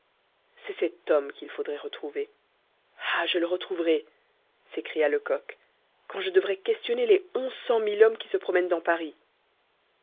c'est cet homme qu'il faudrait retrouver ah je le retrouverai s'écria lecoq quand je devrais questionner les onze cent mille hommes qui se promènent dans paris